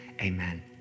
amen